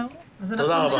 תודה רבה.